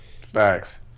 Facts